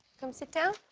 come sit down?